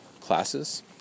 classes